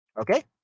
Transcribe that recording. Okay